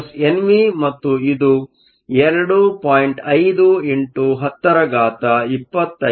5 x 1025 m 3 ಗೆ ಸಮವಾಗಿರುತ್ತದೆ